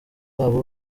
babo